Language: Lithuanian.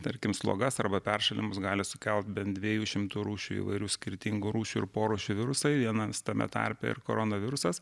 tarkim slogas arba peršalimus gali sukelt bent dviejų šimtų rūšių įvairių skirtingų rūšių ir porūšių virusai vienas tame tarpe ir koronavirusas